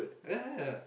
yeah yeah yeah